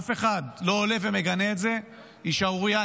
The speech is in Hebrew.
אף אחד לא עולה ומגנה את זה, היא שערורייה.